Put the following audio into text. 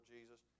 Jesus